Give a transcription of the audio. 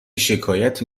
شکایتی